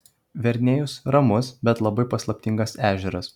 verniejus ramus bet labai paslaptingas ežeras